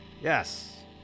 Yes